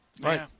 Right